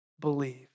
believe